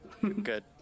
Good